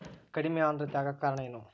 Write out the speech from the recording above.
ಕಡಿಮೆ ಆಂದ್ರತೆ ಆಗಕ ಕಾರಣ ಏನು?